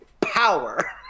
power